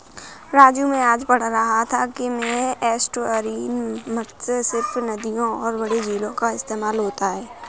राजू मैं आज पढ़ रहा था कि में एस्टुअरीन मत्स्य सिर्फ नदियों और बड़े झीलों का इस्तेमाल होता है